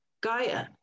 Gaia